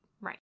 right